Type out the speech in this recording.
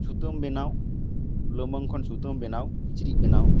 ᱥᱩᱛᱟᱹᱢ ᱵᱮᱱᱟᱣ ᱞᱩᱢᱟᱹᱝ ᱠᱷᱚᱱ ᱥᱩᱛᱟᱹᱢ ᱵᱮᱱᱟᱣ ᱠᱤᱪᱨᱤᱪᱽ ᱵᱮᱱᱟᱣ